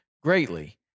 greatly